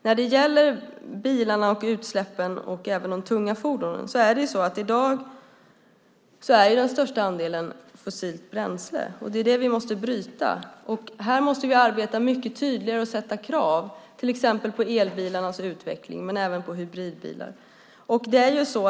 När det gäller bilarna, och även de tunga fordonen, och utsläppen är den största andelen i dag fossilt bränsle, och det är det vi måste bryta. Här måste vi arbeta mycket tydligare och ställa krav, till exempel på elbilarnas utveckling men även på hybridbilar.